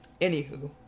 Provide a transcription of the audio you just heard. Anywho